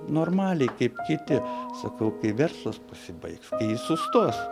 normaliai kaip kiti sakau kai verslas pasibaigs sustos